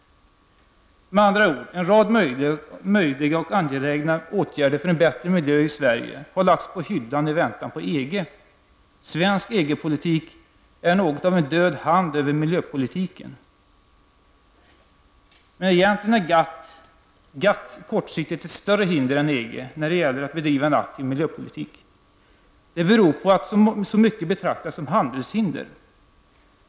Med andra ord: en rad möjliga och angelägna åtgärder för en bättre miljö i Sverige har lagts på hyllan i väntan på EG. Svensk EG-politik är något av en död hand över miljöpolitiken. Kortsiktigt är GATT egentligen ett större hinder än EG vid bedrivandet av en aktiv miljöpolitik. Det beror på att så mycket betraktas som handelshinder.